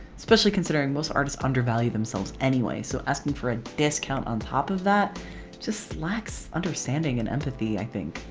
especially considering most artists undervalue themselves anyway. so asking for a discount on top of that just lacks understanding and empathy i think.